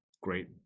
great